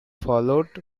followed